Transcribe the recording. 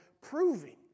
proving